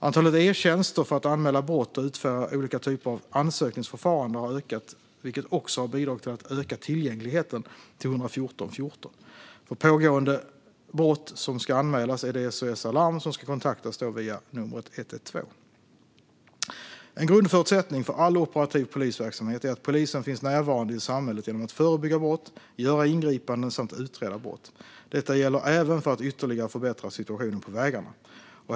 Antalet e-tjänster för att anmäla brott och utföra olika typer av ansökningsförfaranden har ökat, vilket också har bidragit till att öka tillgängligheten till 114 14. För pågående brott som ska anmälas är det SOS Alarm som ska kontaktas via 112. En grundförutsättning för all operativ polisverksamhet är att polisen finns närvarande i samhället genom att förebygga brott, göra ingripanden samt utreda brott. Detta gäller även för att ytterligare förbättra situationen på vägarna.